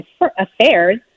affairs